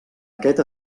aquest